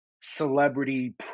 celebrity